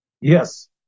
Yes